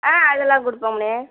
ஆ அதெல்லாம் கொடுப்போம்ண்ணே